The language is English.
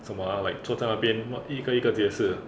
什么 ah 坐在那边一个一个解释 cause need 解释 like coming 看不懂 right